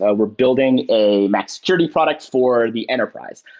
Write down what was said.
ah we're building a mac security product for the enterprise.